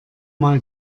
mal